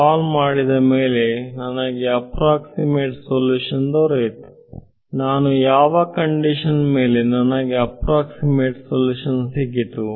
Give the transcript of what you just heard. solve ಮಾಡಿದ ಮೇಲೆ ನನಗೆ ಅಪ್ರಾಕ್ಸಿಮೇಟ್ ಸಲ್ಯೂಷನ್ ದೊರೆಯಿತು ನಾನು ಯಾವ ಕಂಡಿಶನ್ ಮೇಲೆ ನನಗೆ ಅಪ್ರಾಕ್ಸಿಮೇಟ್ ಸಲ್ಯೂಷನ್ ಸಿಕ್ಕಿತು